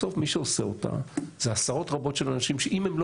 בסוף מי שעושה אותה זה עשרות רבות של אנשים שאם הם לא